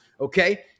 Okay